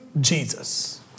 Jesus